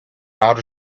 outer